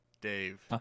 Dave